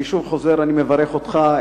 אני חוזר: אני מברך אותך,